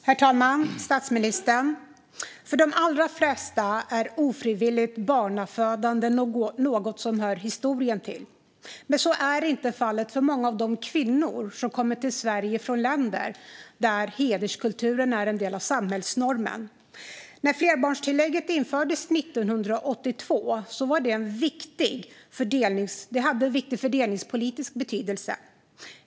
Herr talman och statsministern! För de allra flesta är ofrivilligt barnafödande något som hör historien till, men så är inte fallet för många av de kvinnor som kommit till Sverige från länder där hederskulturen är en del av samhällsnormen. När flerbarnstillägget infördes 1982 hade det en viktig fördelningspolitisk betydelse.